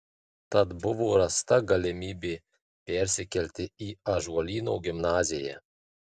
tad buvo rasta galimybė persikelti į ąžuolyno gimnaziją